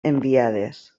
enviades